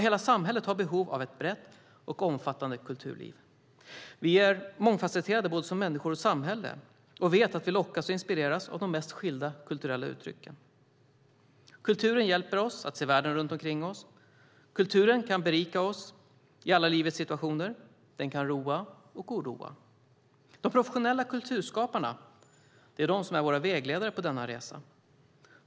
Hela samhället har behov av ett brett och omfattande kulturliv. Vi är mångfasetterade både som människor och som samhälle och vet att vi lockas och inspireras av de mest skilda kulturella uttryck. Kulturen hjälper oss att se världen runt omkring oss. Kulturen kan berika oss i alla livets situationer. Den kan roa och oroa. De professionella kulturskaparna är våra vägledare på denna resa.